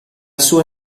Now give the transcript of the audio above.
sua